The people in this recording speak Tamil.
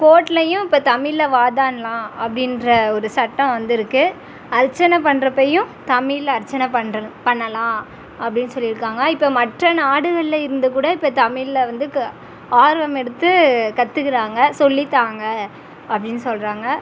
கோர்ட்லேயும் இப்போ தமிழில வாதாடலாம் அப்படின்ற ஒரு சட்டம் வந்துருக்குது அர்ச்சனை பண்ணுறப்பையும் தமிழ் அர்ச்சனை பண்ணுற பண்ணலாம் அப்படினு சொல்லியிருக்காங்க இப்போ மற்ற நாடுகளில் இருந்து கூட இப்போ தமிழில வந்து கு ஆர்வம் எடுத்து கற்றுக்குறாங்க சொல்லித் தாங்க அப்படினு சொல்கிறாங்க